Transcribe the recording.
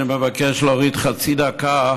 אני מבקש להוריד חצי דקה,